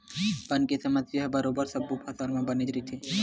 बन के समस्या ह बरोबर सब्बो फसल म बनेच रहिथे